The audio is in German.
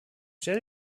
stelle